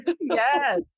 Yes